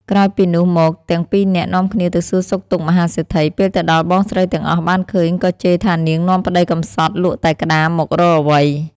ក្រោយពីនោះមកទាំងពីរនាក់នាំគ្នាទៅសួរសុខទុក្ខមហាសេដ្ឋី ពេលទៅដល់បងស្រីទាំងអស់បានឃើញក៏ជេរថានាងនាំប្ដីកម្សត់លក់តែក្ដាមមករកអ្វី។